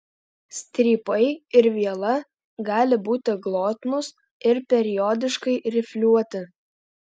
strypai ir viela gali būti glotnūs ir periodiškai rifliuoti